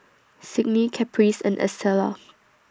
Signe Caprice and Estela